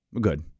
Good